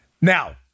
now